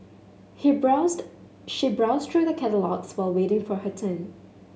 he browsed she browsed through the catalogues while waiting for her turn